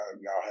y'all